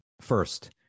First